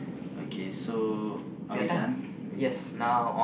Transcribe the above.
okay so are we done with the